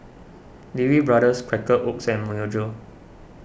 Lee Wee Brothers Quaker Oats and Myojo